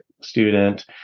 student